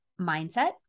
mindset